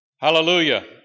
Hallelujah